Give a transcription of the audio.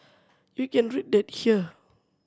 you can read that here